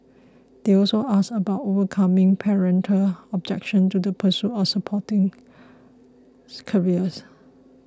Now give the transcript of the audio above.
they also asked about overcoming parental objection to the pursuit of sporting careers